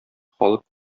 халык